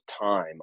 time